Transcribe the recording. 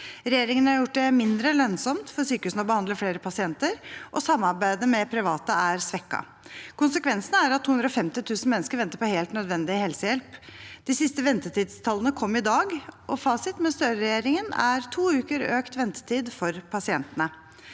Regjeringen har gjort det mindre lønnsomt for sykehusene å behandle flere pasienter, og samarbeidet med private er svekket. Konsekvensene er at 250 000 mennesker venter på helt nødvendig helsehjelp. De siste ventetidstallene kom i dag, og fasiten med Støre-regjeringen er to uker økt ventetid for pasientene.